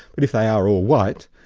but if they are all white,